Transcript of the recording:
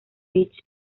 beach